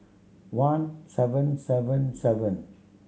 one seven seven seven